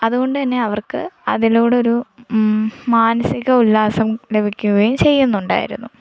അതുകൊണ്ട് തന്നെ അവർക്ക് അതിലൂടെയൊരു മാനസിക ഉല്ലാസം ലഭിക്കുകയും ചെയ്യുന്നുണ്ടായിരുന്നു